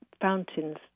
fountains